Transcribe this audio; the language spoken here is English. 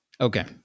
Okay